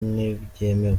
ntibyemewe